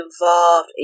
involved